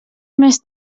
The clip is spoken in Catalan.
més